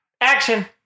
Action